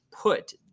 put